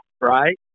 right